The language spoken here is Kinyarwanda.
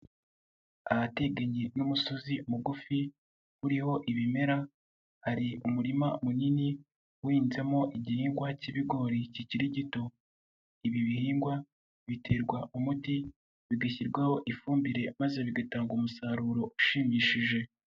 Ahateganye n'umusozi mugufi uriho ibimera, hari umurima munini uhinzemo igihingwa cy'ibigori kikiri gito, ibi bihingwa biterwa umuti bigashyirwaho ifumbire, maze bigatanga umusaruro ushimishije.